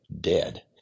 dead